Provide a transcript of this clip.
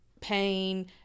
pain